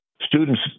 students